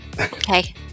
Okay